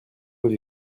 avez